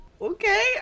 okay